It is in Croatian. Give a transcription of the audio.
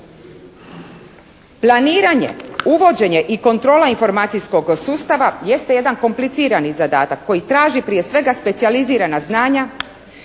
Planiranje, uvođenje i kontrola informacijskog sustava jeste jedan komplicirani zadatak koji traži prije svega specijalizirana znanja,